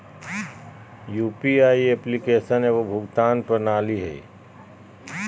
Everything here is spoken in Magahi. यू.पी.आई एप्लिकेशन एगो भुगतान प्रणाली हइ